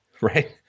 right